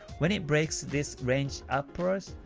when it breaks this range upwards,